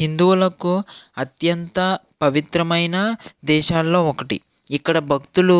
హిందువులకు అత్యంత పవిత్రమైన దేశాల్లో ఒకటి ఇక్కడ భక్తులు